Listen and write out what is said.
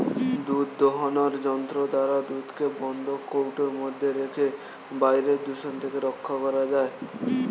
দুধ দোহনের যন্ত্র দ্বারা দুধকে বন্ধ কৌটোর মধ্যে রেখে বাইরের দূষণ থেকে রক্ষা করা যায়